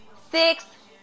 six